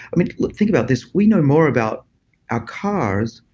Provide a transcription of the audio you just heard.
think about this. we know more about our cars,